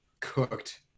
Cooked